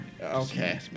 Okay